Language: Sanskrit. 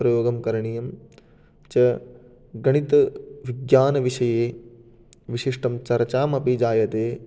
प्रयोगं करणीयं च गणितविज्ञानविषये विशिष्टं चर्चामपि जायते